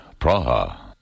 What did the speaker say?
Praha